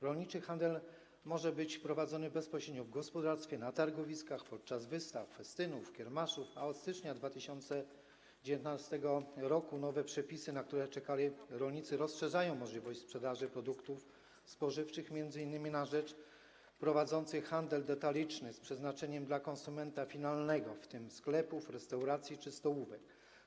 Rolniczy handel może być prowadzony bezpośrednio w gospodarstwie, na targowiskach, podczas wystaw, festynów, kiermaszów, a od stycznia 2019 r. nowe przepisy, na które czekali rolnicy, rozszerzają możliwość sprzedaży produktów spożywczych m.in. prowadzącym handel detaliczny z przeznaczeniem dla konsumenta finalnego, w tym sklepom, restauracjom czy stołówkom.